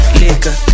liquor